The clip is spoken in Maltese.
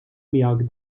miegħek